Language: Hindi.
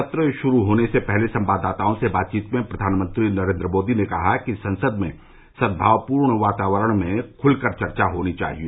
सत्र शुरू होने से पहले संवाददातओं से बातचीत में प्रधानमंत्री नरेन्द्र मोदी ने कहा कि संसद में सदभावपूर्ण वातावरण में खुलकर चर्चा होनी चाहिए